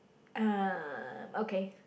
um okay